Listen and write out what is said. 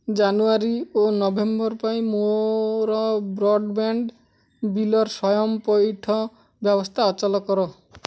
ଜାନୁଆରୀ ଓ ନଭେମ୍ବର ପାଇଁ ମୋର ବ୍ରଡ଼୍ବ୍ୟାଣ୍ଡ୍ ବିଲ୍ର ସ୍ଵୟଂ ପଇଠ ବ୍ୟବସ୍ଥା ଅଚଳ କର